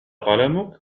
قلمك